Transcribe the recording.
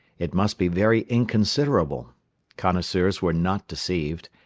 it must be very inconsiderable connoisseurs were not deceived,